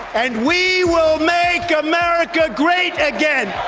and we will make america great again.